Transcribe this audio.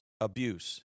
abuse